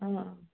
आं